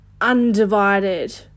undivided